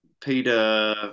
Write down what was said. Peter